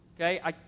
Okay